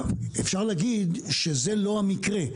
אפשר להגיד שזה לא המקרה.